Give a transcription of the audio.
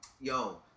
Yo